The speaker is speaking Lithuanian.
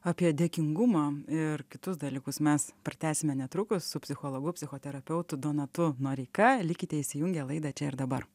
apie dėkingumą ir kitus dalykus mes pratęsime netrukus su psichologu psichoterapeutu donatu noreika likite įsijungę laidą čia ir dabar